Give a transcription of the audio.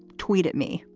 tweet at me.